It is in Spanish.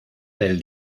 del